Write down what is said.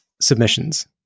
submissions